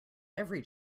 every